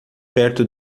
perto